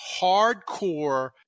hardcore